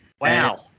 Wow